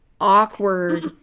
awkward